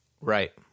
Right